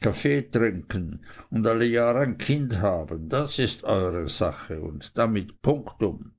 kaffee trinken und alle jahre ein kind haben das ist eure sache und damit punktum